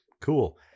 cool